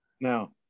Now